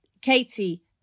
Katie